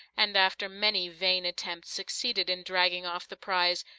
and after many vain attempts succeeded in dragging off the prize,